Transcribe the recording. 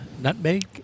nutmeg